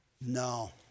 no